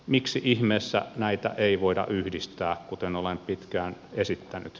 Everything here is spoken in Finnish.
miksi ihmeessä näitä ei voida yhdistää kuten olen pitkään esittänyt